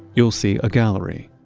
you'll see a gallery.